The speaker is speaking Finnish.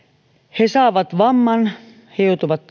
he saavat vamman he joutuvat